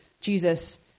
Jesus